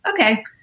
okay